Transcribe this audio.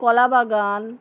কলা বাগান